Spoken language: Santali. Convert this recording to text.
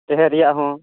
ᱛᱟᱦᱮᱸ ᱨᱮᱭᱟᱜ ᱦᱚᱸ